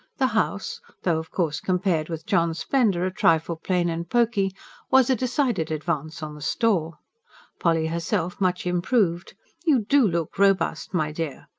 the house though, of course, compared with john's splendour, a trifle plain and poky was a decided advance on the store polly herself much improved you do look robust, my dear!